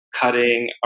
cutting